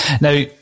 Now